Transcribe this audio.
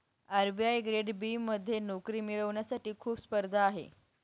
RBI grade B मध्ये नोकरी मिळवण्यासाठी खूप स्पर्धा आहे